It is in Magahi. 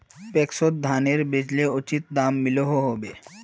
पैक्सोत धानेर बेचले उचित दाम मिलोहो होबे?